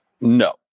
No